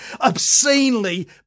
obscenely